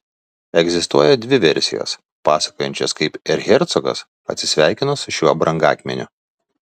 egzistuoja dvi versijos pasakojančios kaip erchercogas atsisveikino su šiuo brangakmeniu